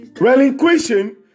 relinquishing